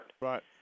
Right